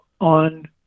on